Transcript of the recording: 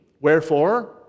Wherefore